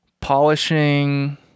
polishing